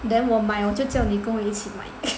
then 我买我就叫你跟我一起买